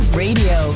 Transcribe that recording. radio